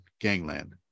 gangland